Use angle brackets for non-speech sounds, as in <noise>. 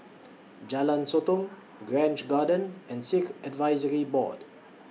<noise> Jalan Sotong Grange Garden and Sikh Advisory Board